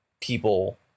people